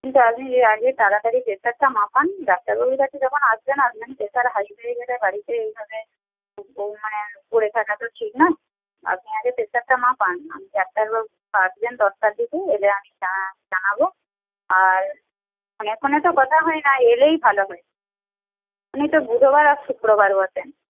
আপনি আগে তাড়াতাড়ি প্রেশারটা মাপান ডাক্তারবাবুর কাছে যখন আসবেন আসবেন প্রেশার হাই হয়ে গেলে বাড়িতে এইভাবে মানে পড়ে থাকা তো ঠিক নয় আপনি আগে প্রেশারটা মাপান আমি ডাক্তারবাবু আসবেন দশটার দিকে এলে আমি জানাব আর ফোনে ফোনে তো কথা হয় না এলেই ভালো হয় উনি তো বুধবার আর শুক্রবার বসেন